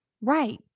Right